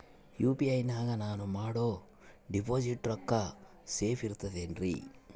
UPI ನಾಗ ನಾನು ಮಾಡೋ ಡಿಪಾಸಿಟ್ ರೊಕ್ಕ ಸೇಫ್ ಇರುತೈತೇನ್ರಿ?